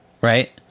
right